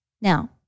Now